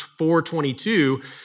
422